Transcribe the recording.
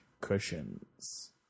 cushions